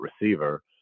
receiver